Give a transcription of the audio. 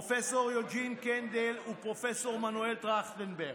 פרופ' יוג'ין קנדל ופרופ' מנואל טרכטנברג.